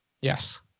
Yes